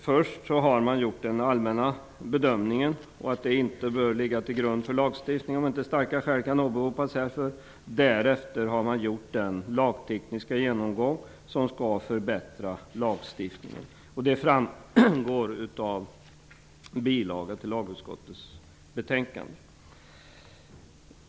Först har man gjort den allmänna bedömningen att förslaget inte bör ligga till grund för lagstiftning om inte starka skäl kan åberopas härför, och därefter har man gjort den lagtekniska genomgång som skall förbättra lagstiftningen. Detta framgår av en bilaga till lagutskottets betänkande.